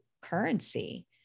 currency